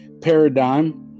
paradigm